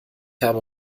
habe